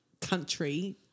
country